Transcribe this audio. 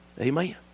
Amen